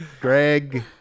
Greg